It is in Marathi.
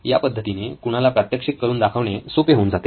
या पद्धतीने कुणाला प्रात्यक्षिक करून दाखवणे सोपे होऊन जाते